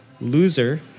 loser